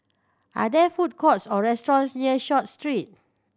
are there food courts or restaurants near Short Street